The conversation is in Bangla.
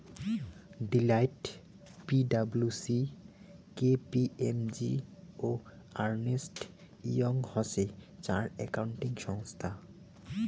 Deloitte, P W C, K P M G ও আর্নেস্ট ইয়ং হসে চার একাউন্টিং সংস্থা